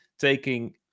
taking